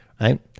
Right